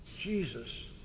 Jesus